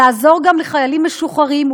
לעזור גם לחיילים משוחררים,